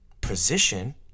position